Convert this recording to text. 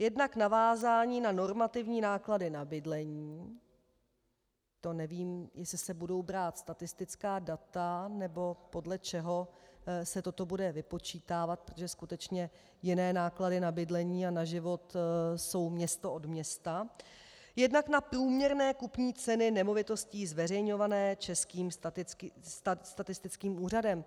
Jednak navázání na normativní náklady na bydlení to nevím, jestli se budou brát statistická data, nebo podle čeho se toto bude vypočítávat, protože skutečně jiné náklady na bydlení a na život jsou město od města , jednak na průměrné kupní ceny nemovitostí zveřejňované Českým statistickým úřadem.